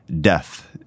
death